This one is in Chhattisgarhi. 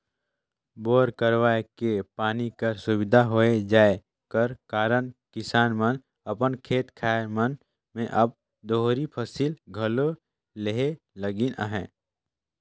बोर करवाए के पानी कर सुबिधा होए जाए कर कारन किसान मन अपन खेत खाएर मन मे अब दोहरी फसिल घलो लेहे लगिन अहे